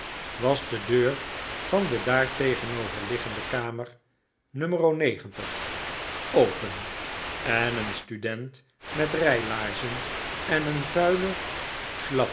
was de deur van de daar tegenover liggende kamer no open en een student met rijlaarzen en een vuile